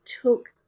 took